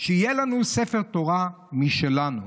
שיהיה לנו ספר תורה משלנו',